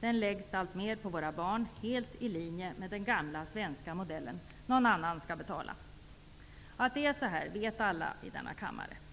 Finansieringen läggs alltmer på våra barn, helt i linje med den gamla svenska modellen -- någon annan skall betala. Alla i denna kammare vet att det är så här.